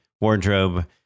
wardrobe